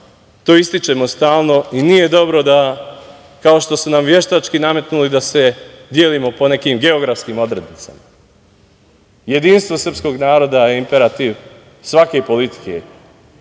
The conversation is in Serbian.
to ističemo stalno i nije dobro da, kao što su nam veštački nametnuli da se delimo po nekim geografskim odrednicama, jedinstvo srpskog naroda je imperativ svake politike,